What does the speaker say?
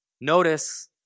Notice